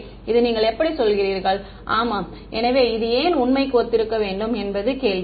மாணவர் ஐயா இதை நீங்கள் எப்படி சொல்கிறீர்கள் ஆமாம் எனவே இது ஏன் உண்மைக்கு ஒத்திருக்க வேண்டும் என்பது கேள்வி